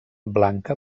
blanca